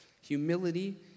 humility